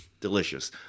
delicious